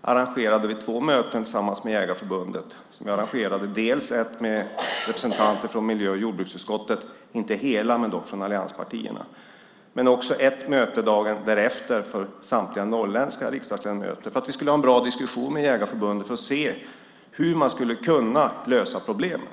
arrangerade vi två möten tillsammans med Jägareförbundet. Vi arrangerade dels ett möte med representanter från miljö jordbruksutskottet, inte hela men dock från allianspartierna, dels ett möte dagen därefter för samtliga norrländska riksdagsledamöter för att vi skulle ha en bra diskussion med Jägareförbundet och se hur man skulle kunna lösa problemen.